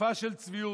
מופע של צביעות.